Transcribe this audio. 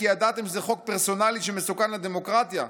כי ידעתם שזה חוק פרסונלי שמסוכן לדמוקרטיה".